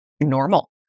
normal